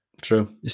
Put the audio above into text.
True